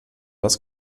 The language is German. das